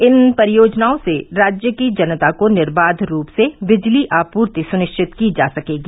इन परियोजनाओं से राज्य की जनता को निर्बाध रूप से विद्युत आपूर्ति सुनिश्चित की जा सकेगी